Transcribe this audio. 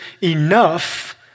enough